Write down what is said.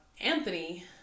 Anthony